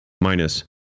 minus